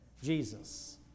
Jesus